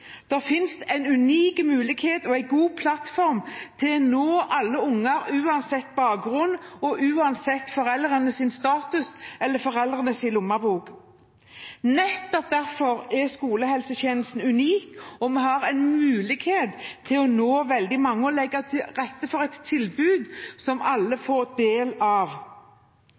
finnes en unik mulighet og en god plattform til å nå alle unger uansett bakgrunn og uansett foreldrenes status eller lommebok. Nettopp derfor er skolehelsetjenesten unik. Vi har en mulighet til å nå veldig mange og legge til rette for et tilbud som alle